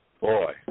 Boy